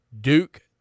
Duke